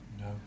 no